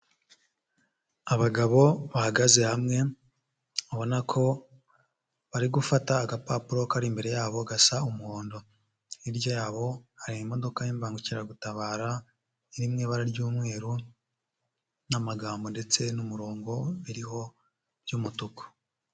Abagabo bahagaze hamwe, ubona ko bari gufata agapapuro kari imbere yabo gasa umuhondo, hirya yabo hari imodoka y'imbangukiragutabara, iri mu ibara ry'umweru n'amagambo ndetse n'umurongo biriho by'umutuku.